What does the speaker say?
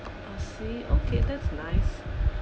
I see okay that's nice